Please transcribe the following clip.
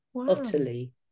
utterly